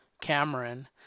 cameron